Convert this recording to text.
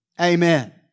Amen